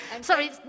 Sorry